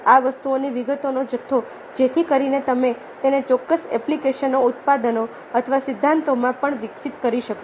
આ વસ્તુઓની વિગતોનો જથ્થો જેથી કરીને તમે તેને ચોક્કસ એપ્લિકેશનો ઉત્પાદનો અથવા સિદ્ધાંતોમાં પણ વિકસિત કરી શકો